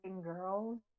girls